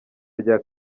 rya